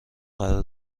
قرار